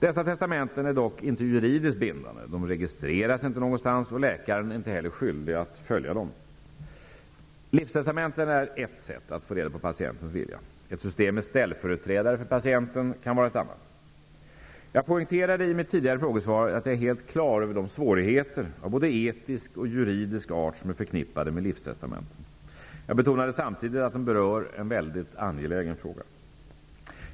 Dessa testamenten är dock inte juridiskt bindande, de registreras inte någonstans, och läkaren är inte heller skyldig att följa dem. Livstestamentet är ett sätt att få reda på patientens vilja. Ett system med ställföreträdare för patienten kan vara ett annat. Jag poängterade i mitt tidigare frågesvar att jag är helt klar över de svårigheter av både etisk och juridisk art som är förknippade med livstestamenten. Jag betonade samtidigt att de berör en väldigt angelägen fråga.